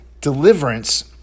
Deliverance